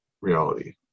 reality